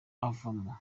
avamo